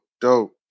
dope